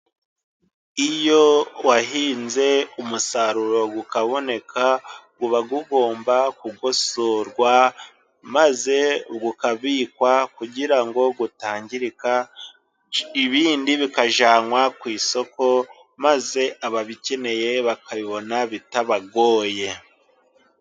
Iyo wahinze umusaruro ukaboneka uba ugomba kugosorwa, maze ukabikwa kugira ngo utangirika, ibindi bikajyanwa ku isoko maze ababikeneye bakabibona bitabagoye.